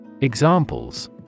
Examples